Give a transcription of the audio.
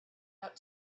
out